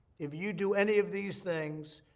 if you do any of these things,